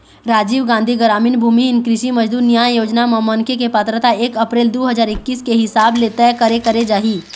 राजीव गांधी गरामीन भूमिहीन कृषि मजदूर न्याय योजना म मनखे के पात्रता एक अपरेल दू हजार एक्कीस के हिसाब ले तय करे करे जाही